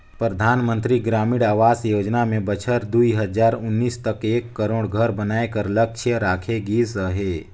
परधानमंतरी ग्रामीण आवास योजना में बछर दुई हजार उन्नीस तक एक करोड़ घर बनाए कर लक्छ राखे गिस अहे